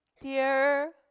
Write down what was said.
Dear